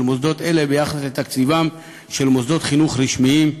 מוסדות אלה ביחס לתקציבם של מוסדות חינוך רשמיים.